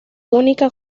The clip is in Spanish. única